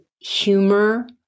humor